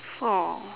four